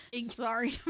Sorry